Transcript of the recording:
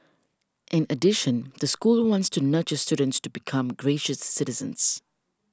in addition the school wants to nurture students to become gracious citizens